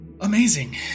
Amazing